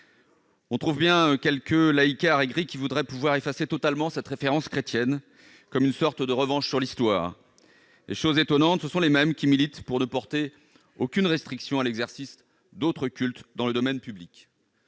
On trouve bien quelques laïcards aigris qui voudraient pouvoir effacer totalement cette référence chrétienne, comme une sorte de revanche sur l'histoire. Chose étonnante, ce sont les mêmes qui militent pour ne porter aucune restriction à l'exercice d'autres cultes dans le domaine public.